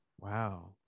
Wow